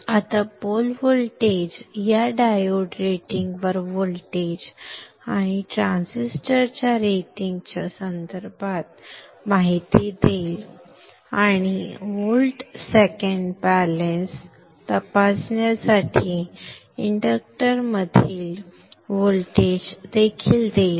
आता pole voltage या diode रेटिंगवर व्होल्टेज आणि ट्रान्झिस्टरच्या रेटिंगच्या संदर्भात माहिती देईल आणि व्होल्ट सेकंद बॅलन्स तपासण्यासाठी इंडक्टरमधील व्होल्टेज देखील देईल